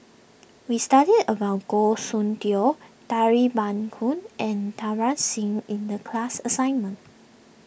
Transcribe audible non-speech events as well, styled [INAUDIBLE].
we studied about Goh Soon Tioe dairy ban [UNINTELLIGIBLE] and [UNINTELLIGIBLE] Singh in the class assignment